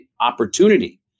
opportunity